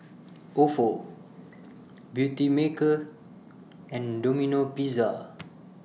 Ofo Beautymaker and Domino Pizza